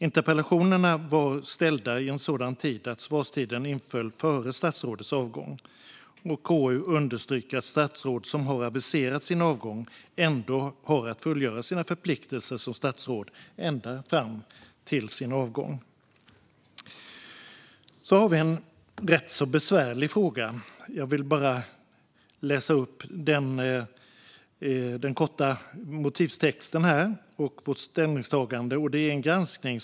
Interpellationerna var ställda i en sådan tid att svarstiden inföll före statsrådets avgång. KU understryker att statsråd som har aviserat sin avgång ändå har att fullgöra sina förpliktelser som statsråd ända fram till avgången. Vi har också haft en rätt besvärlig granskning.